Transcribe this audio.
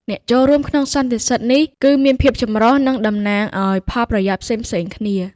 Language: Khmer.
អ្នកចូលរួមក្នុងសន្និសីទនេះគឺមានភាពចម្រុះ និងតំណាងឱ្យផលប្រយោជន៍ផ្សេងៗគ្នា។